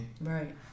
right